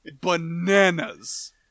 bananas